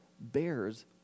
bears